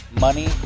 money